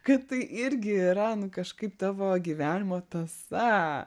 kad tai irgi yra nu kažkaip tavo gyvenimo tąsa